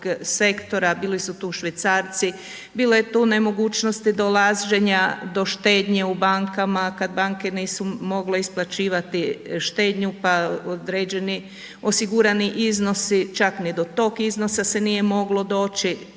sektora, bili su tu švicarci, bilo je tu nemogućnosti dolaženja do štednje u bankama kada banke nisu mogle isplaćivati štednju pa određeni osigurani iznosi čak ni do tog iznosa se nije moglo doći,